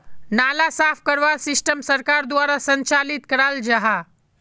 नाला साफ करवार सिस्टम सरकार द्वारा संचालित कराल जहा?